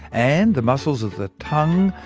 and the muscles of the tongue,